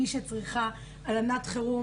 כל מי שצריכה הלנת חירום